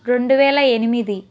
రెండు వేల ఎనిమిది